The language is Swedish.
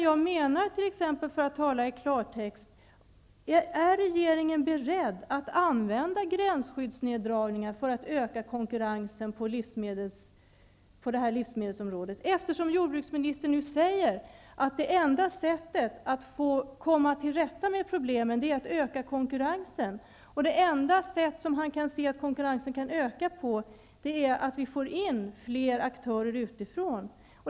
Jag vill t.ex., för att tala i klartext, fråga om regeringen är beredd att använda gränsskyddsneddragningar för att öka konkurrensen på livsmedelsområdet. Jordbruksministern säger ju nu att det enda sättet att komma till rätta med problemen är att öka konkurrensen, och det enda sätt han kan se att detta kan ske på är att han får in fler aktörer utifrån.